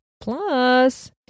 Plus